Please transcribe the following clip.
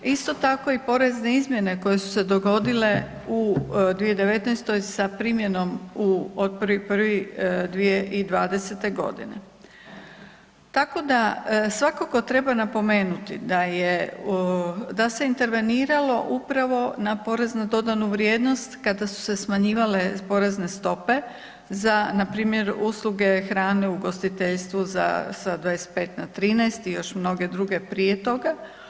Isto tako i porezne izmjene koje su se dogodile u 2019. sa primjenom od 1.1.2020. godine, tako da svakako treba napomenuti da se interveniralo upravo na porez na dodanu vrijednost kada su se smanjivali porezne stope za npr. usluge hrane u ugostiteljstvu sa 25 na 13 i još mnoge druge prije toga.